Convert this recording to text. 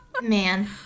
Man